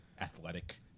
athletic